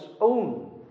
own